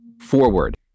forward